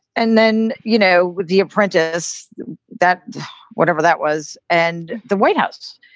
and then, you know, with the apprentice that whatever that was and the white house.